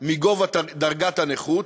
מגובה דרגת הנכות,